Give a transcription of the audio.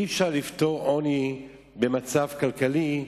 אי-אפשר לפטור עוני במצב כלכלי,